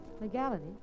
Legality